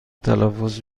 تلفظ